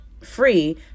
free